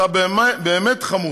אתה באמת חמוץ.